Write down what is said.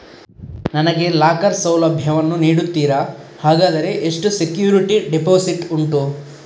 ನನಗೆ ಲಾಕರ್ ಸೌಲಭ್ಯ ವನ್ನು ನೀಡುತ್ತೀರಾ, ಹಾಗಾದರೆ ಎಷ್ಟು ಸೆಕ್ಯೂರಿಟಿ ಡೆಪೋಸಿಟ್ ಉಂಟು?